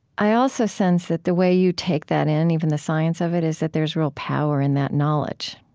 i also sense that the way you take that in, and even the science of it, is that there's real power in that knowledge.